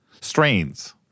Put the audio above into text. strains